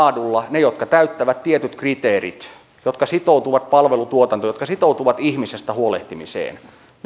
ne jotka täyttävät tietyt kriteerit jotka sitoutuvat palvelutuotantoon jotka sitoutuvat ihmisestä huolehtimiseen